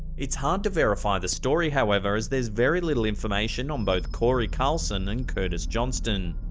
it's hard to verify the story, however, as there's very little information on both corey carlson and curtis johnston.